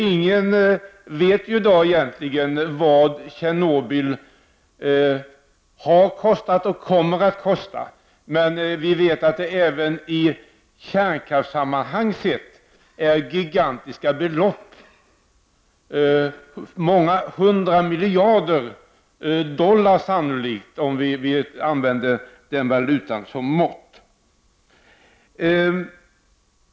Ingen vet i dag egentligen vad Tjernobylkatastrofen har kostat och kommer att kosta, men vi vet att det är fråga om även i kärnkraftssammanhang gigantiska belopp, sannolikt många hundra miljarder dollar, för att använda den valutan som mått.